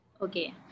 Okay